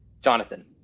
jonathan